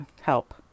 Help